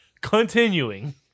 continuing